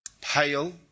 pale